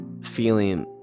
feeling